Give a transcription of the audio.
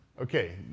Okay